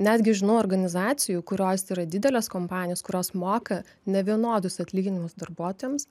netgi žinau organizacijų kurios yra didelės kompanijos kurios moka nevienodus atlyginimus darbuotojams